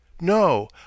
No